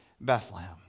Bethlehem